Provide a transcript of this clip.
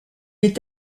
est